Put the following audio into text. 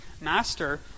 master